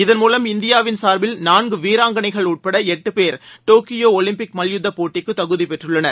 இதன்மூலம் இந்தியாவின் சார்பில் நான்கு வீராங்கனைகள் உட்பட எட்டு பேர் டோக்கியோ ஒலிம்பிக் மல்யுத்த போட்டிக்கு தகுதி பெற்றுள்ளனர்